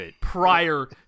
prior